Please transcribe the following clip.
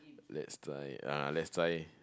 lets try ah lets try